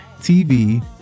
TV